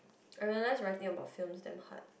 I realise writing about films damn hard